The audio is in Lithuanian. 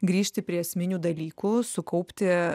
grįžti prie esminių dalykų sukaupti